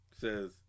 says